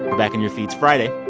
back in your feeds friday.